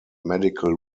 medical